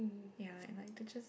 ya I could just